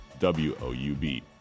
woub